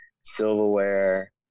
silverware